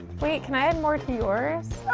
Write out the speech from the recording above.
wait, can i add more to yours?